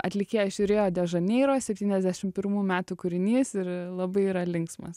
atlikėja iš rio de žaneiro septyniasdešim pirmų metų kūrinys ir labai yra linksmas